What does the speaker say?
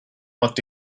looked